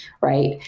Right